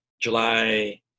July